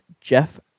Jeff